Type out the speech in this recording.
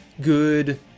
good